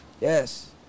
yes